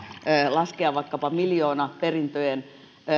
laskea vaikkapa miljoonaperintöjen